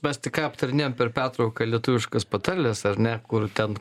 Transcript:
mes tik aptarinėjom per pertrauką lietuviškas patarles ar ne kur ten